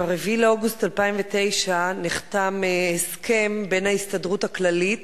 ב-4 באוגוסט 2009 נחתם הסכם בין ההסתדרות הכללית